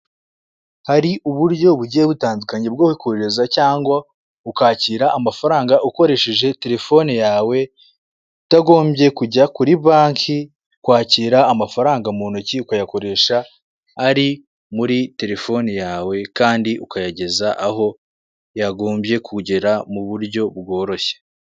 Hari uburyo bugiye butandukanye bwo kohereza cyangwa ukakira amafaranga ukoresheje telefone yawe, utagombye kujya kuri banki kwakira amafaranga mu ntoki ukayakoresha ari muri telefone yawe. Kandi ukayageza aho yagombye kugera mu buryo bworoshye